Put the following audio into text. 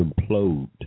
implode